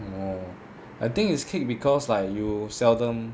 oh I think is kick because like you seldom